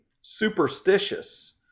superstitious